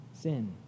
sin